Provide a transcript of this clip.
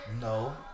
No